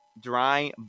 Dry